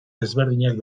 desberdinak